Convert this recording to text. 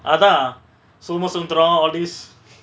அதா:atha somasuntharo all this